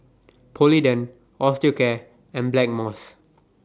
Polident Osteocare and Blackmores